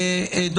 תודה.